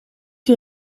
you